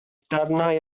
darnau